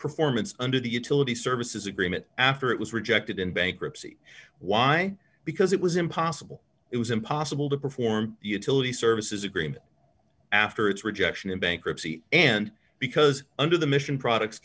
performance under the utility services agreement after it was rejected in bankruptcy why because it was impossible it was impossible to perform utility services agreement after its rejection of bankruptcy and because under the mission products